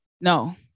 No